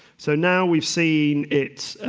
so now, we've seen it